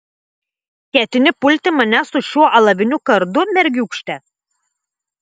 ketini pulti mane su šiuo alaviniu kardu mergiūkšte